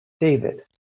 David